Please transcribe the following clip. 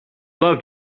love